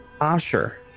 Asher